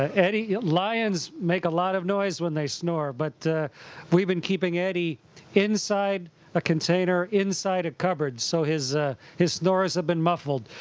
eddy lions make a lot noise when they snore, but we've been keeping eddy inside a container inside a cupboard, so his his snores have been muffled,